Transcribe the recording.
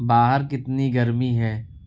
باہر کتنی گرمی ہے